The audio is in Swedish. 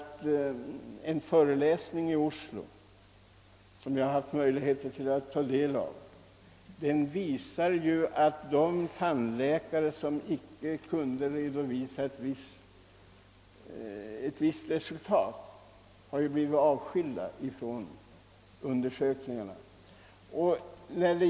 Vid en föreläsning i Oslo, som jag hade möjlighet att ta del av, visades att de tandläkare som inte kunde redovisa ett visst resultat avskildes från undersökningarna.